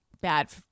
bad